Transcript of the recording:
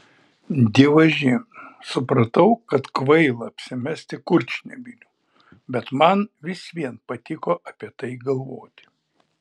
dievaži supratau kad kvaila apsimesti kurčnebyliu bet man vis vien patiko apie tai galvoti